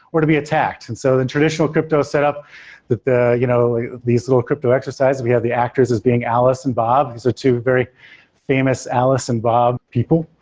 or to be attacked and so the traditional crypto setup that you know these little crypto exercises, we have the actors as being alice and bob these are two very famous alice and bob people.